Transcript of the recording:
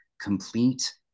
complete